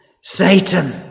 Satan